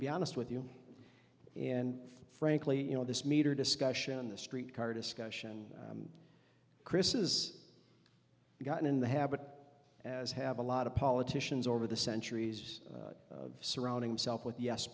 to be honest with you and frankly you know this meter discussion on the street car discussion chris is gotten in the habit as have a lot of politicians over the centuries surrounding himself with yes